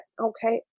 okay